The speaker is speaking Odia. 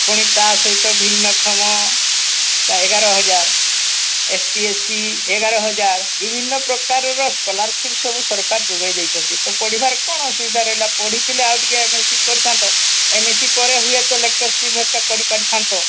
ପୁଣି ତା' ସହିତ ଭିନ୍ନକ୍ଷମ ଏଗାର ହଜାର ଏସ୍ ଟି ଏସ୍ ସି ଏଗାର ହଜାର ବିଭିନ୍ନ ପ୍ରକାରର ସ୍କୋଲାରସିପ୍ ସବୁ ସରକାର ଯୋଗାଇ ଦେଇଛନ୍ତି ତ ପଢ଼ିବାରେ କ'ଣ ଅସୁବିଧା ରହିଲା ପଢ଼ିଥିଲେ ଆଉ ଟିକିଏ ଏମ୍ ଏସ୍ ସି କରିଥାନ୍ତ ଏମ୍ ଏସ୍ ସି ପରେ ହୁଏ ତ ଲେକ୍ଚର୍ସିପ୍ ଘରିକା କରି ପାରିଥାଆନ୍ତ